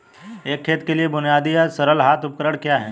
एक खेत के लिए बुनियादी या सरल हाथ उपकरण क्या हैं?